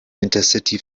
intercity